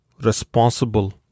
responsible